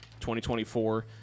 2024